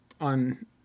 on